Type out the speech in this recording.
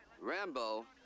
Rambo